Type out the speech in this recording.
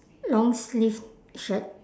long sleeved shirt